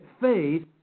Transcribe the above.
faith